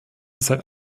seit